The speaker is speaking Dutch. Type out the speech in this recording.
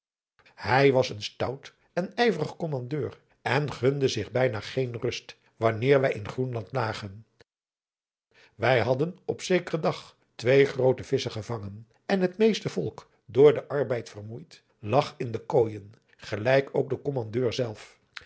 hij was een stout en ijverig kommandeur en gunde zich bijna geen rust wanneer wij in groenland lagen wij hadden op zekeren dag twee groote visschen gevangen en het meeste adriaan loosjes pzn het leven van johannes wouter blommesteyn volk door den arbeid vermoeid lag in de kooijen gelijk ook de kommandeur zelf